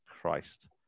Christ